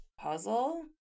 puzzle